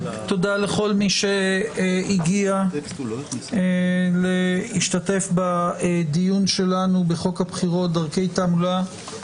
תודה לכל מי שהגיע להשתתף בדיון שלנו בחוק הבחירות (דרכי תעמולה),